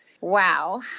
Wow